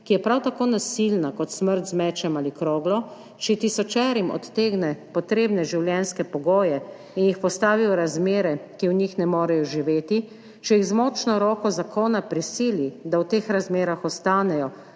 ki je prav tako nasilna kot smrt z mečem ali kroglo, če tisočerim odtegne potrebne življenjske pogoje in jih postavi v razmere, ki v njih ne morejo živeti, če jih z močno roko zakona prisili, da v teh razmerah ostanejo,